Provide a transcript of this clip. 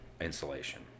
insulation